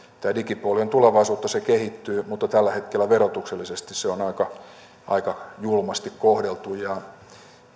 tämä digipuoli on tulevaisuutta se kehittyy mutta tällä hetkellä verotuksellisesti se on aika aika julmasti kohdeltu ja